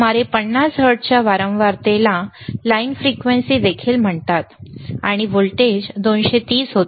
सुमारे 50 हर्ट्झच्या वारंवारतेला लाईन फ्रिक्वेन्सी देखील म्हणतात आणि व्होल्टेज 230 व्होल्ट होते